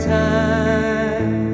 time